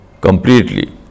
completely